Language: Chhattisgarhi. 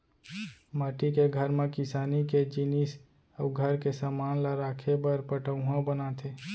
माटी के घर म किसानी के जिनिस अउ घर के समान ल राखे बर पटउहॉं बनाथे